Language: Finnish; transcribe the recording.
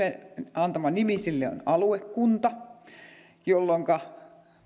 antamamme nimi siinä on aluekunta jolloinka